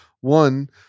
One